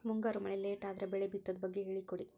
ಮುಂಗಾರು ಮಳೆ ಲೇಟ್ ಅದರ ಬೆಳೆ ಬಿತದು ಬಗ್ಗೆ ಹೇಳಿ ಕೊಡಿ?